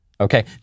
Okay